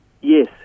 Yes